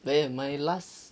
oh ya my last